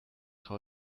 how